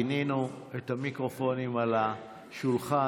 שינינו את המיקרופונים על השולחן.